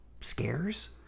scares